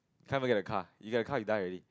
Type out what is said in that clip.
time to get a car you get a car you die already